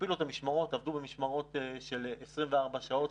הכפילו את המשמרות עבדו במשמרות של 24 שעות,